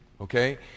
Okay